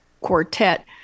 quartet